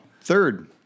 Third